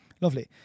Lovely